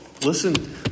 Listen